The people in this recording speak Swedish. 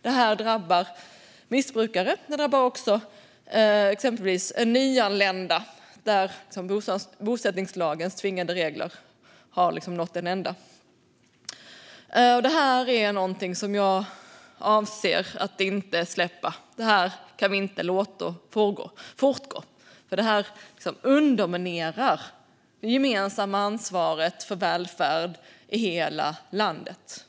Det här drabbar missbrukare. Det drabbar också exempelvis nyanlända, där bosättningslagens tvingande regler har nått en ände. Detta är någonting som jag avser att inte släppa. Det kan vi inte låta fortgå. Det underminerar det gemensamma ansvaret för välfärd i hela landet.